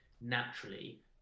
naturally